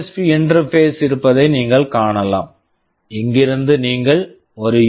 B interface USB interface இருப்பதை நீங்கள் காணலாம் இங்கிருந்து நீங்கள் ஒரு யூ